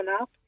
up